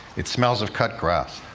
it smells of cut grass.